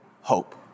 hope